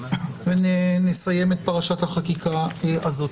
ונסיים את פרשת החקיקה הזאת.